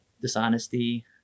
dishonesty